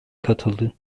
katıldı